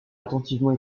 attentivement